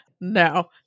no